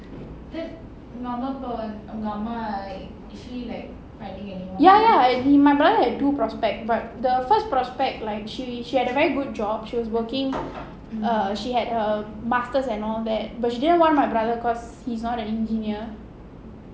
ya ya my brother had two prospect but the first prospect like she she had a very good job she was working err she had her masters and all that but she didn't want my brother because he's not a engineer